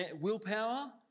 willpower